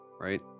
right